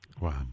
Wow